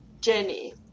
Jenny